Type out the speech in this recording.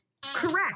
correct